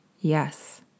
Yes